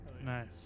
Nice